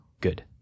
Good